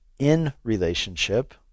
in-relationship